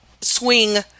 swing